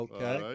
Okay